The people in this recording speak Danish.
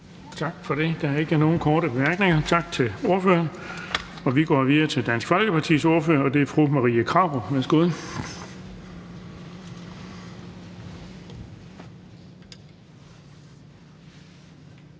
Tak for det. Der er ingen korte bemærkninger. Tak til ordføreren. Vi går videre til Dansk Folkepartis ordfører, og det er fru Marie Krarup. Værsgo.